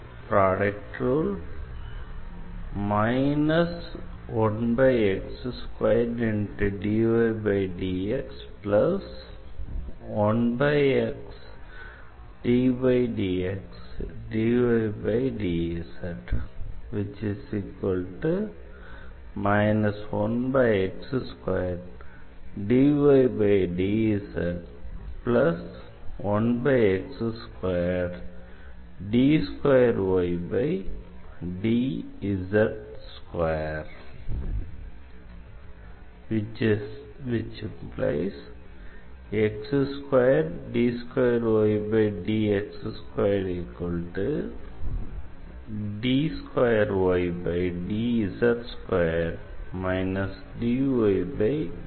vlcsnap 2019 04 15 10h36m12s912